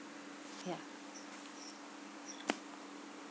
mm ya